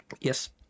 Yes